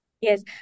Yes